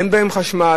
אין בהן חשמל,